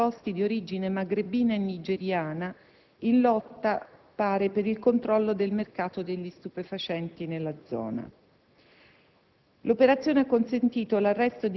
ha scongiurato lo scontro tra gruppi contrapposti di origine maghrebina e nigeriana, in lotta, pare, per il controllo del mercato degli stupefacenti nella zona.